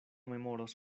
memoros